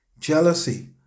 jealousy